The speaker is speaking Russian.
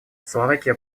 словакия